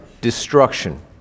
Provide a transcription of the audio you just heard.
Destruction